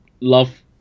Love